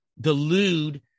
delude